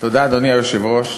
אדוני היושב-ראש,